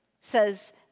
says